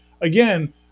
again